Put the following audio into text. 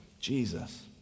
Jesus